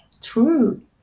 true